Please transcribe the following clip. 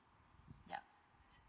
yup